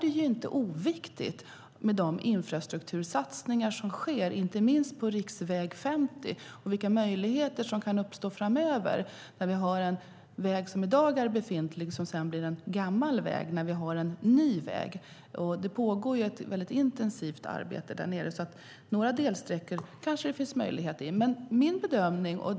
Det är inte oviktigt med de infrastruktursatsningar som görs, inte minst på riksväg 50, och de möjligheter som kan uppstå framöver. Vi har där en väg som blir en gammal väg när vi får en ny väg. Det pågår ett intensivt arbete där, så några delsträckor kanske vi kan få.